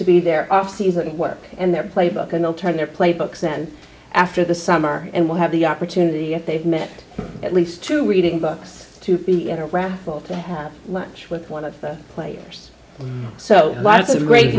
to be there are scenes that work and their playbook and they'll turn their playbooks then after the summer and we'll have the opportunity they've met at least two reading books to be in a raffle to have lunch with one of the players so lots of great